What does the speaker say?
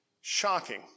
shocking